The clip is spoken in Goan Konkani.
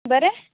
बरें